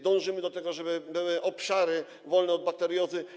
Dążymy do tego, żeby były obszary wolne od bakteriozy.